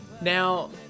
Now